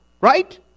right